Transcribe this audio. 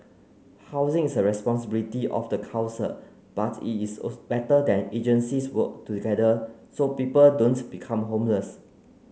housing is the responsibility of the council but it is also better that agencies work together so people don't become homeless